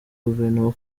gouvernement